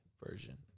version